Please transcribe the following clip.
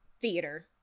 theater